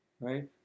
right